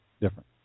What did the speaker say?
Different